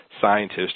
scientists